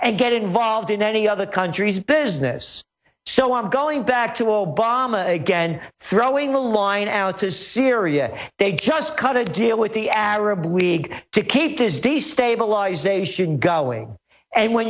and get involved in any other country's business so i'm going back to obama again throwing the line out to syria they just cut a deal with the arab league to keep this destabilization going and when